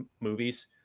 movies